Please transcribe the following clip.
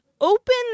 open